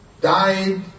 died